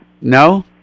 No